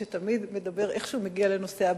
שתמיד איכשהו מגיע לנושא הבריאות.